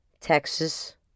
Texas